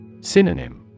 Synonym